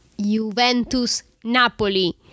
Juventus-Napoli